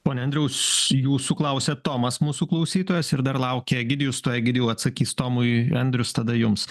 ponia andriau jūsų klausia tomas mūsų klausytojas ir dar laukia egidijus tuoj egidijau atsakys tomui andrius tada jums